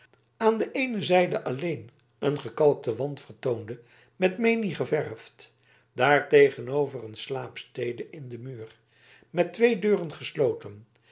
aan de eene zijde alleen een gekalkten wand vertoonde met menie geverfd daar tegenover een slaapstede in den muur met twee deuren gesloten